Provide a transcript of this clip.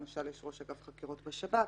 למשל, יש ראש אגף חקירות בשב"כ,